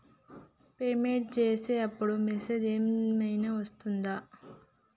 Payment చేసే అప్పుడు message ఏం ఐనా వస్తదా?